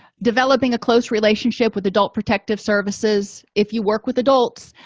developing a close relationship with adult protective services if you work with adults